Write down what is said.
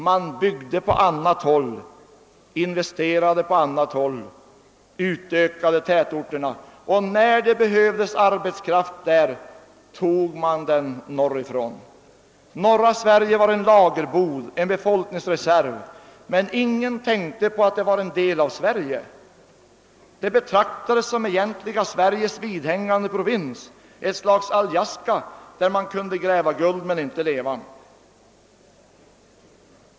Man byggde på annat håll, investerade på annat håll, utökade tätorterna. Och när det behövdes arbetskraft där, tog man den norrifrån. Norra Sverige var en lagerbod, en befolkningsreserv, men ingen tänkte på att det var en del av Sverige. Det betraktades bara som det egentliga Sveriges vidhängande provins, som ett slags Alaska, där man kunde gräva guld men inte leva.